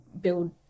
build